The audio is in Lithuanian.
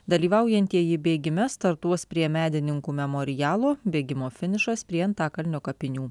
dalyvaujantieji bėgime startuos prie medininkų memorialo bėgimo finišas prie antakalnio kapinių